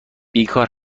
بیکار